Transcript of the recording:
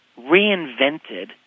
reinvented